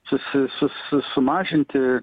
susi su su sumažinti